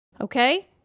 Okay